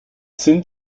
sind